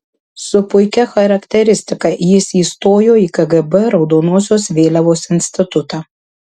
su puikia charakteristika jis įstojo į kgb raudonosios vėliavos institutą